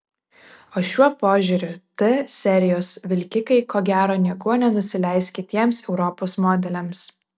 o šiuo požiūriu t serijos vilkikai ko gero niekuo nenusileis kitiems europos modeliams